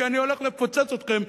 כי אני הולך לפוצץ אתכם.